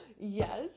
Yes